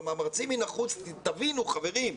תבינו, חברים,